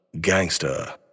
Gangster